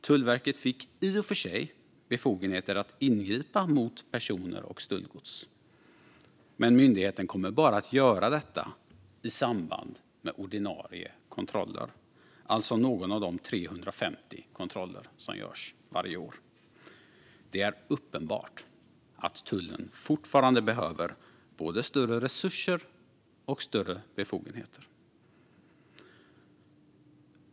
Tullverket fick i och för sig befogenheter att ingripa mot personer och stöldgods, men myndigheten kommer bara att göra detta i samband med ordinarie kontroller, det vill säga någon av de 350 kontroller som görs varje år. Det är uppenbart att tullen fortfarande behöver både större resurser och större befogenheter.